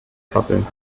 zappeln